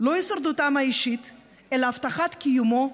לא הישרדותם האישית אלא הבטחת קיומו,